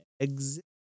exit